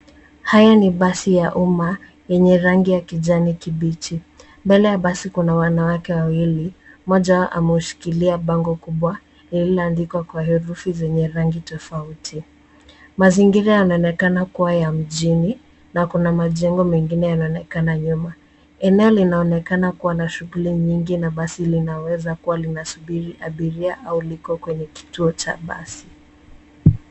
Haya ni basi ya umma, yenye rangi ya kijani kibichi. Mbele ya basi kuna wanawake wawili, mmoja ameushikilia bango kubwa lililoandikwa kwa herufi zenye rangi tofauti. Mazingira yanaonekana kuwa ya mjini na kuna majengo mengine yanaonekana nyuma. Eneo linaonekana kuwa na shuguli nyingi na basi linaweza kuwa linasubiri abiria au liko kwenye kituo cha basi.